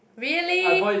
really